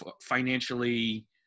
financially